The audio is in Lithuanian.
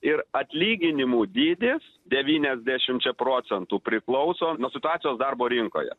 ir atlyginimų dydis devyniasdešimčia procentų priklauso nuo situacijos darbo rinkoje